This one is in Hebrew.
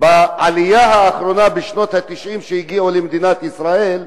בעלייה האחרונה, בשנות ה-90, שהגיעו למדינת ישראל,